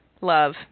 love